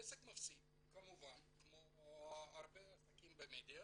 עסק מפסיד כמובן כמו הרבה עסקים במדיה,